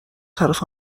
طرف